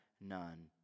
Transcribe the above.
none